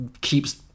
keeps